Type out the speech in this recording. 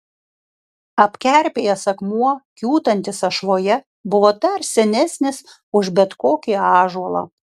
apkerpėjęs akmuo kiūtantis ašvoje buvo dar senesnis už bet kokį ąžuolą